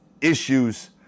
issues